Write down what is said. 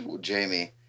Jamie